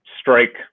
strike